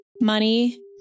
money